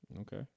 Okay